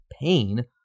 pain